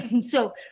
So-